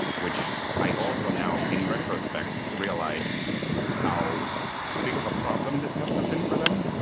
which i also now in retrospect realize how big of a problem this must have been for them.